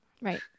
Right